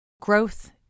growth